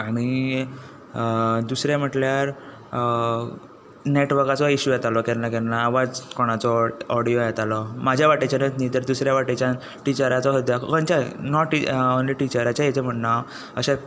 आनी दुसरें म्हटल्यार नॅटवकाचो इशू येतालो केन्ना केन्ना आवाज कोणाचो ऑडयो येतालो म्हाज्या वाटेचानत न्ही तर दुसऱ्या वाटेच्यान टिचराचो सुद्दां खंयच्याच नॉट टि ओनली टिचराचे हेजे म्हुण्णा अशेंत